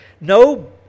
no